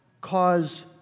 cause